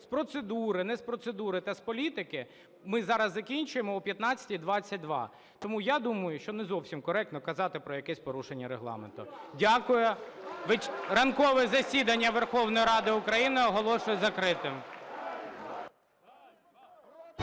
з процедури, не з процедури та з політики, ми зараз закінчуємо о 15:22. Тому я думаю, що не зовсім коректно казати про якесь порушення Регламенту. Дякую. Ранкове засідання Верховної Ради України оголошую закритим.